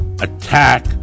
attack